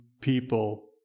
people